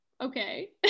Okay